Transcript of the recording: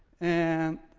and